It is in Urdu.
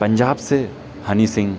پنجاب سے ہنی سنگھ